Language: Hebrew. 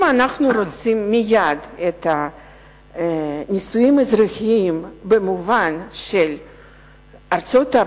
אם אנחנו רוצים מייד את הנישואים האזרחיים במובן של ארצות-הברית,